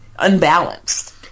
unbalanced